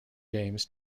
games